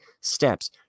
steps